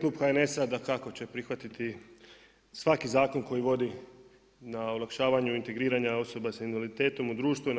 Klub HNS-a dakako će prihvatiti svaki zakon koji vodi olakšavanju integriranja osoba s invaliditetom u društvo